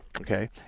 Okay